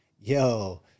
Yo